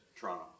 Toronto